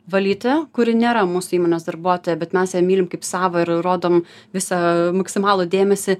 valytoja kuri nėra mūsų įmonės darbuotoja bet mes ją mylim kaip savą ir rodom visą maksimalų dėmesį